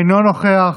אינו נוכח,